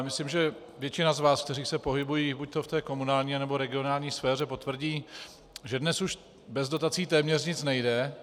Myslím, že většina z vás, kteří se pohybují buď v té komunální, anebo regionální sféře, potvrdí, že dnes už bez dotací téměř nic nejde.